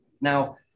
Now